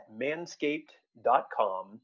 manscaped.com